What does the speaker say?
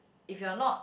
if you are not